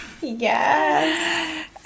Yes